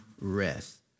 rest